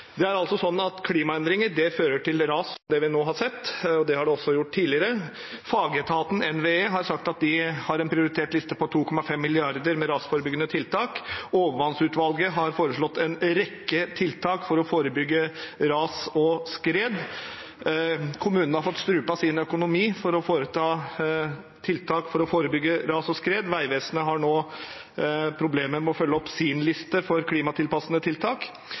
det holdt mål i regjeringen. Klimaendringer fører til ras, som det vi nå har sett. Det har det også gjort tidligere. Fagetaten NVE har sagt at de har en prioritert liste med 2,5 mrd. kr til rasforebyggende tiltak. Overvannsutvalget har foreslått en rekke tiltak for å forebygge ras og skred. Kommunene har fått strupt sin økonomi for å sette inn tiltak for å forebygge ras og skred. Vegvesenet har nå problemer med å følge opp sin liste over klimatilpassende tiltak.